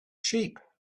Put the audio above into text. sheep